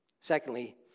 Secondly